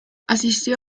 asistió